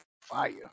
Fire